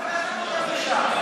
אתם הבאתם לשם.